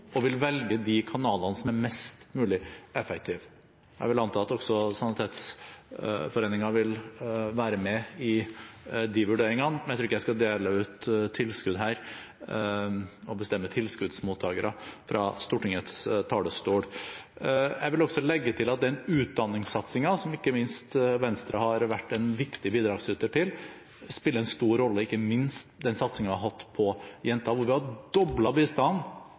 og velger de kanalene som er mest mulig effektive. Jeg vil anta at også Sanitetsforeningen vil være med i de vurderingene, men jeg tror ikke jeg skal dele ut tilskudd og bestemme tilskuddsmottakere fra Stortingets talerstol. Jeg vil også legge til at den utdanningssatsingen som ikke minst Venstre har vært en viktig bidragsyter til, spiller en stor rolle, ikke minst den satsingen vi har hatt på jenter. Vi har